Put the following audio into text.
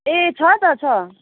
ए छ त छ